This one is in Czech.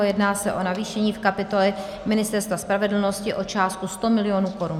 Jedná se o navýšení v kapitole Ministerstva spravedlnosti o částku 100 mil. korun.